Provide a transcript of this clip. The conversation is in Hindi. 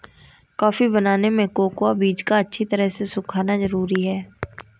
कॉफी बनाने में कोकोआ बीज का अच्छी तरह सुखना जरूरी है